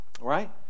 Right